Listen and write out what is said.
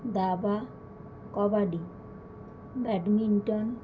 দাবা কবাডি ব্যাডমিন্টন